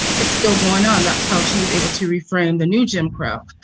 it's still going on. that's how she was able to reframe the new jim crow.